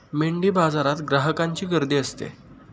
मेंढीबाजारात ग्राहकांची गर्दी असते